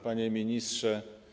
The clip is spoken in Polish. Panie Ministrze!